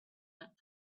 went